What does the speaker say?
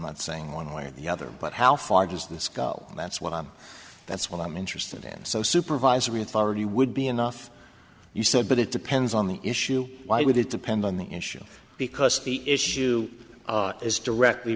not saying one way or the other but how far does this go that's what i'm that's what i'm interested in so supervisory authority would be enough you said but it depends on the issue why would it depend on the issue because the issue is directly